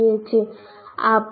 કહીએ છીએ